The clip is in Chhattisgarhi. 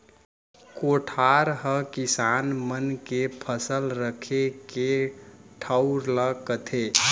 कोठार हकिसान मन के फसल रखे के ठउर ल कथें